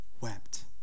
wept